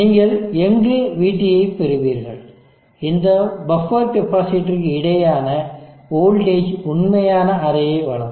நீங்கள் எங்கு vT ஐ பெறுவீர்கள் இந்த பஃப்பர் கெப்பாசிட்டருக்கு இடையேயான வோல்டேஜ் உண்மையான அரேயை வழங்கும்